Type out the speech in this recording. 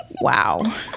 Wow